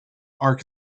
are